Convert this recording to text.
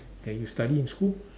that you study in school